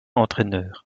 entraîneur